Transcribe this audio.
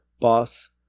boss